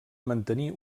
mantenir